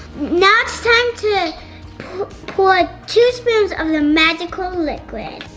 now it's time to pour two spoons of the magical liquid.